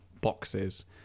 boxes